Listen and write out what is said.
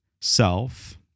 self